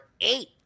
eight